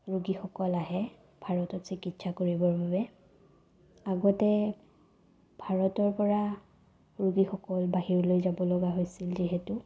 ৰোগীসকল আহে ভাৰতত চিকিৎসা কৰিবৰ বাবে আগতে ভাৰতৰ পৰা ৰোগীসকল বাহিৰলৈ যাব লগা হৈছিল যিহেতু